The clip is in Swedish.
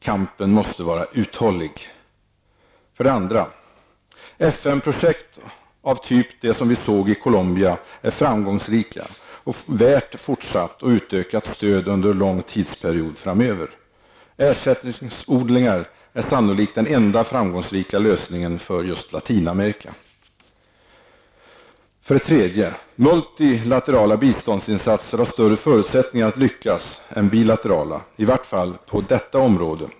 Kampen måste vara uthållig! 2. FN-projekt av den typ vi såg i Columbia är framgångsrika och värda fortsatt och utökat stöd under en lång tidsperiod framöver. Ersättningsodlingar är sannolikt den enda framgångsrika lösningen för Latinamerika. 3. Multilaterala biståndsinsatser har större förutsättningar att lyckas än bilaterala -- i vart fall på detta område.